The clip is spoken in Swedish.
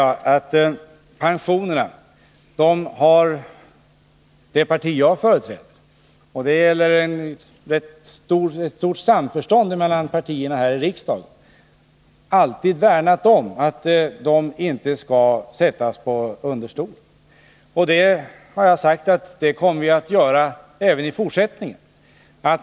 Än en gång säger jag att det parti jag företräder har — f. ö. i stort samförstånd mellan partierna — här i riksdagen alltid värnat om att pensionerna inte skall sättas på undantag. Jag har sagt att vi kommer att göra det även i fortsättningen.